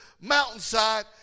mountainside